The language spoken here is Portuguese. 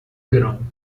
grão